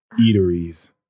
eateries